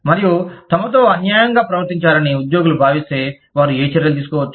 మరియు తమతో అన్యాయంగా ప్రవర్తిచారని ఉద్యోగులు భావిస్తే వారు ఏ చర్యలు తీసుకోవచ్చు